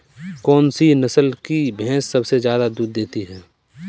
कौन सी नस्ल की भैंस सबसे ज्यादा दूध देती है?